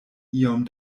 iom